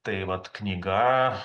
tai vat knyga